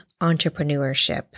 entrepreneurship